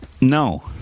No